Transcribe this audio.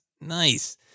Nice